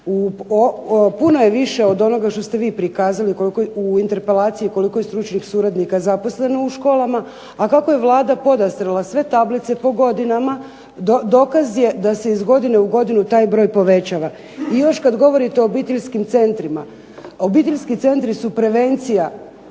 Puno je više od onoga što ste vi prikazali u interpelaciji koliko je stručnih suradnika zaposleno u školama, a kako je Vlada podastrla sve tablice po godinama, dokaz je da se iz godine u godinu taj broj povećava. I još kada govorite o obiteljskim centrima, obiteljski centri su prevencija